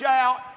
out